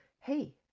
hey